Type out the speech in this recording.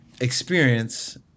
experience